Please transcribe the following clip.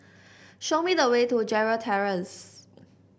show me the way to Gerald Terrace